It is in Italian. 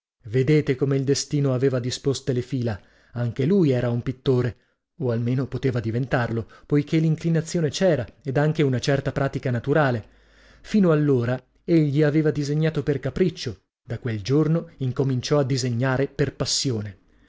vedete come il destino aveva disposte le fila anche lui era un pittore o almeno poteva diventarlo poichè l'inclinazione c'era ed anche una certa pratica naturale fino allora egli aveva disegnato per capriccio da quel giorno incominciò a disegnare per passione